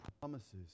promises